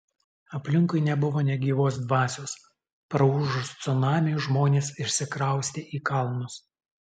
aplinkui nebuvo nė gyvos dvasios praūžus cunamiui žmonės išsikraustė į kalnus